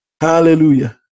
Hallelujah